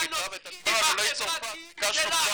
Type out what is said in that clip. העלייה והקליטה ואת הדיון על עולי צרפת ביקשנו כבר